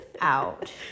out